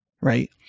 Right